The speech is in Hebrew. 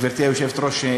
גברתי היושבת-ראש,